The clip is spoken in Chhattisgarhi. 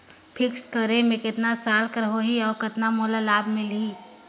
फिक्स्ड करे मे कतना साल कर हो ही और कतना मोला लाभ मिल ही?